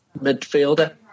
midfielder